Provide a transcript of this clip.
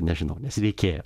nežinau nes reikėjo